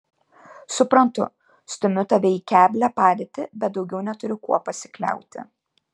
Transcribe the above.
suprantu stumiu tave į keblią padėtį bet daugiau neturiu kuo pasikliauti